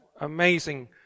Amazing